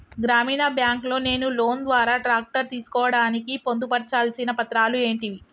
గ్రామీణ బ్యాంక్ లో నేను లోన్ ద్వారా ట్రాక్టర్ తీసుకోవడానికి పొందు పర్చాల్సిన పత్రాలు ఏంటివి?